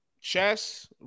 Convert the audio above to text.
Chess